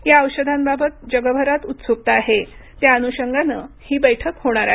या औषधांबाबत जगभरात उत्सुकता आहे त्याअनुषंगानं ही बैठक होणार आहे